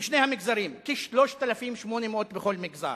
בשני המגזרים, כ-3,800 בכל מגזר.